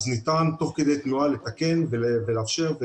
אז ניתן תוך כדי תנועה לתקן ולאפשר,